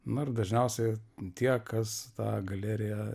na ir dažniausiai tie kas tą galeriją